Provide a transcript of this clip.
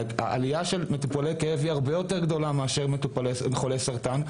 העלייה של מטופלי כאב היא הרבה יותר גדולה מאשר מטופלים חולי סרטן,